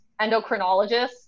endocrinologists